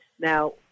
Now